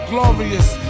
Glorious